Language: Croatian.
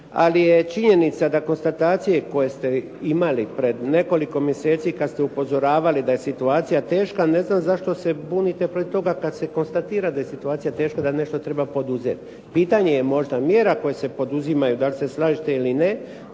ali je činjenica da konstatacije koje ste imali pred nekoliko mjeseci kada ste upozoravali da je situacija teška, ne znam zašto se bunite protiv toga kada se konstatira da je situacija teška, da nešto treba poduzeti. Pitanje je možda mjera koje se poduzimaju da li slažete ili ne,